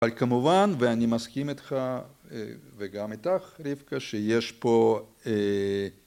אבל כמובן ואני מסכים איתך וגם איתך רבקה שיש פה